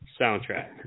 soundtrack